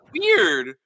weird